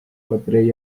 patarei